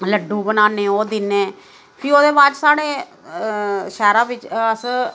लड्डू बनाने ओह् दि'न्ने फ्ही ओह्दे बाद च साढ़े शैह्रा बिच अस